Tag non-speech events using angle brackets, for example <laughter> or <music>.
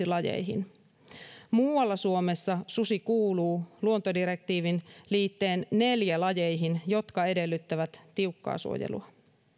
<unintelligible> lajeihin muualla suomessa susi kuuluu luontodirektiivin liitteen neljän lajeihin jotka edellyttävät tiukkaa suojelua